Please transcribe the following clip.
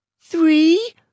Three